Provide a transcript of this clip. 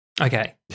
Okay